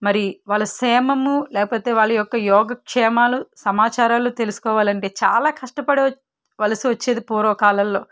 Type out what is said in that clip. మరి వాళ్ళ క్షేమము లేకపోతే వాళ్ళ యొక్క యోగక్షేమాలు సమాచారాలు తెలుసుకోవాలంటే చాలా కష్టపడి వలస వచ్చేది పూర్వకాలంలో